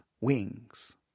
wings